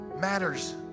matters